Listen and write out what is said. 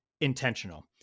intentional